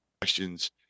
questions